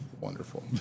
wonderful